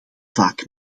vaak